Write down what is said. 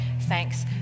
thanks